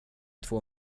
två